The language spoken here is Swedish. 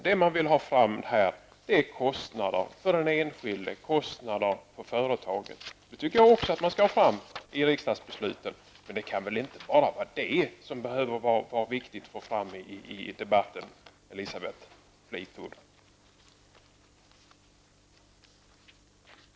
Det man vill ha fram är kostnader för den enskilde, kostnader för företagen. Det tycker jag också att man skall ha fram i riksdagsbesluten. Men det kan väl inte bara vara det som är viktigt att få fram i riksdagsdebatten, Elisabeth Fleetwood?